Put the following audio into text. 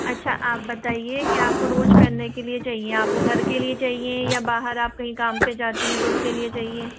अच्छा आप बताइए कि आपको रोज़ पहनने के लिए चाहिए आपको घर के लिए चाहिए या बाहर आप कहीं काम पर जाती हैं तो उसके लिए चाहिए